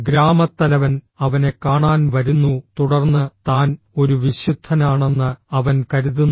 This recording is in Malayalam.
ഗ്രാമത്തലവൻ അവനെ കാണാൻ വരുന്നു തുടർന്ന് താൻ ഒരു വിശുദ്ധനാണെന്ന് അവൻ കരുതുന്നു